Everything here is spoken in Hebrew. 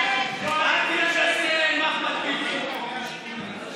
להעביר לוועדה את הצעת חוק-יסוד: הממשלה (תיקון,